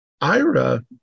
Ira